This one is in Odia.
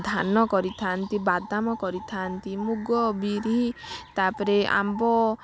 ଧାନ କରିଥାନ୍ତି ବାଦାମ କରିଥାନ୍ତି ମୁଗ ବିରି ତା'ପରେ ଆମ୍ବ